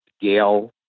Gail